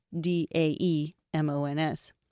D-A-E-M-O-N-S